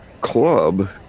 club